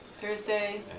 Thursday